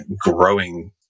growing